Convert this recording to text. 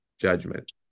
judgment